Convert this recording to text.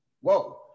whoa